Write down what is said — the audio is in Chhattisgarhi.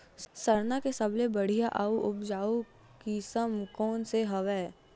सरना के सबले बढ़िया आऊ उपजाऊ किसम कोन से हवय?